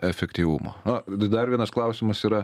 efektyvumo na dar vienas klausimas yra